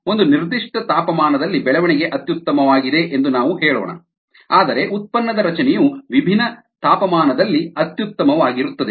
ಒಂದು ನಿರ್ದಿಷ್ಟ ತಾಪಮಾನದಲ್ಲಿ ಬೆಳವಣಿಗೆ ಅತ್ಯುತ್ತಮವಾಗಿದೆ ಎಂದು ನಾವು ಹೇಳೋಣ ಆದರೆ ಉತ್ಪನ್ನದ ರಚನೆಯು ವಿಭಿನ್ನ ತಾಪಮಾನದಲ್ಲಿ ಅತ್ಯುತ್ತಮವಾಗಿರುತ್ತದೆ